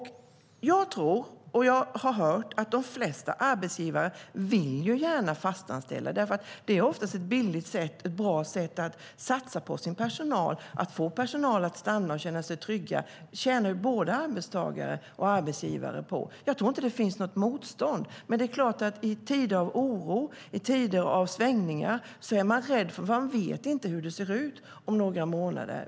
Jag tror och har hört att de flesta arbetsgivare gärna vill fastanställa. Det är oftast ett bra och billigt sätt att satsa på personalen. Att få personalen att stanna och känna sig trygg tjänar både arbetstagare och arbetsgivare på. Jag tror inte att det finns något motstånd, men i tider av oro och svängningar är man rädd eftersom man inte vet hur det ser ut om några månader.